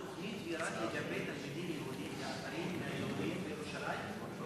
התוכנית היא רק לתלמידים יהודים, בירושלים?